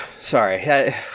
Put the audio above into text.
Sorry